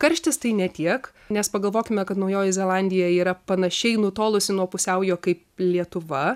karštis tai ne tiek nes pagalvokime kad naujoji zelandija yra panašiai nutolusi nuo pusiaujo kaip lietuva